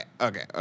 okay